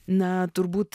na turbūt